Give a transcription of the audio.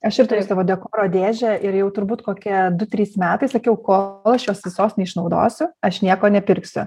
aš ir turiu savo dekoro dėžę ir jau turbūt kokie du trys metai sakiau kol aš jos visos neišnaudosiu aš nieko nepirksiu